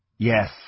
Yes